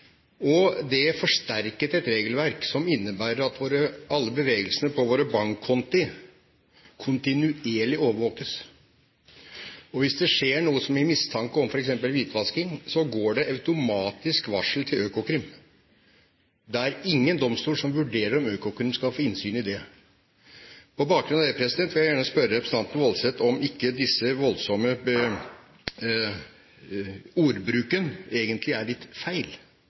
deretter. Det forsterket et regelverk som innebærer at alle bevegelsene på våre bankkonti kontinuerlig overvåkes. Hvis det skjer noe som gir mistanke om f.eks. hvitvasking, går det automatisk varsel til Økokrim. Det er ingen domstol som vurderer om Økokrim skal få innsyn i det. På bakgrunn av det vil jeg gjerne spørre representanten Woldseth om ikke denne voldsomme ordbruken egentlig er litt feil?